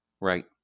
Right